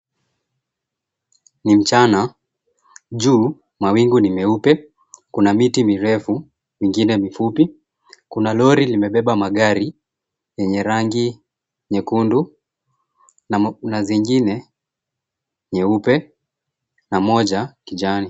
Ni mchana, juu mawingu ni meupe. Kuna miti mirefu mingine mifupi, kuna lori limebeba magari yenye rangi nyekundu na zingine nyeupe na moja kijani.